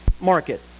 market